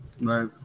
Right